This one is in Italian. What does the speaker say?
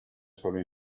solo